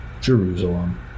Jerusalem